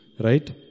Right